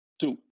two